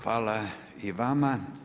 Hvala i vama.